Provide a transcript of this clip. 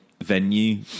venue